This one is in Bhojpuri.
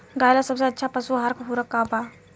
गाय ला सबसे अच्छा पशु आहार पूरक का बा?